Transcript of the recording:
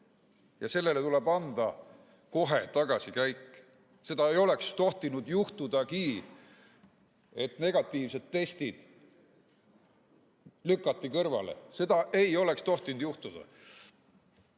ja sellele tuleb anda kohe tagasikäik. Seda ei oleks tohtinud juhtudagi, et negatiivsed testid lükati kõrvale. Seda ei oleks tohtinud juhtuda!